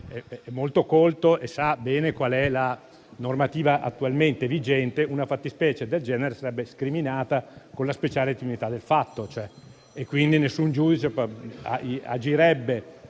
è molto colto e sa bene qual è la normativa attualmente vigente. Una fattispecie del genere sarebbe scriminata con la speciale tenuità del fatto e, quindi, nessun giudice agirebbe